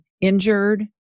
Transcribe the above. injured